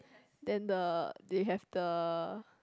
then the they have the